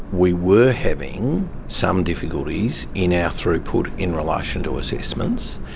we were having some difficulties in our throughput in relation to assessments,